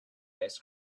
ice